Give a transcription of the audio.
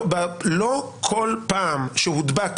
לא כל פעם שהודבק